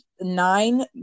nine